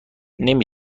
نمی